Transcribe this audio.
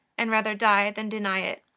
and rather die than deny it.